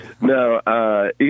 No